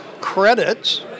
credits